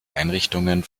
einrichtungen